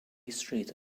street